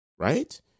Right